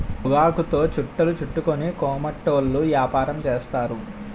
పొగాకుతో చుట్టలు చుట్టుకొని కోమటోళ్ళు యాపారం చేస్తారు